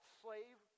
slave